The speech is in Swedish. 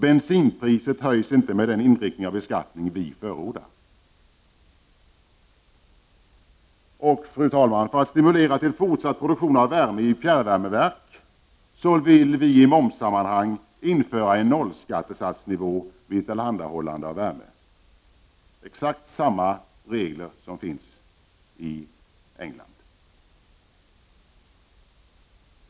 Bensinpriset höjs inte med den inriktningen av beskattningen som vi förordar. Fru talman! För att stimulera till fortsatt produktion av värme i fjärrvärmeverk vill vi i momssammanhang införa en nollskattesatsnivå vid tillhandahållande av värme. Detta är exakt samma regler som finns i England.